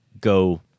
go